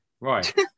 Right